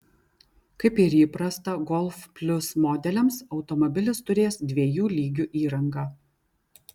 kaip ir įprasta golf plius modeliams automobilis turės dviejų lygių įrangą